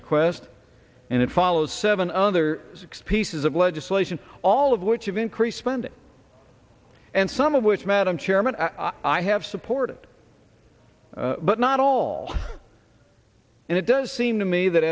request and it follows seven other six pieces of legislation all of which of increased spending and some of which madam chairman i have supported but not all and it does seem to me that